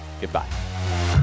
goodbye